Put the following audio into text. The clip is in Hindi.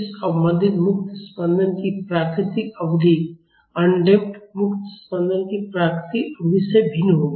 इस अवमंदित मुक्त स्पंदन की प्राकृतिक अवधि अनडम्प्ड मुक्त स्पंदनों की प्राकृतिक अवधि से भिन्न होगी